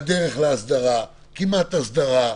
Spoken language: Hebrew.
בדרך להסדרה, כמעט הסדרה,